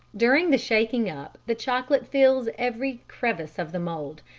during the shaking-up the chocolate fills every crevice of the mould,